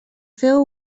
feu